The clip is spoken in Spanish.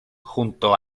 junto